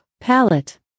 Palette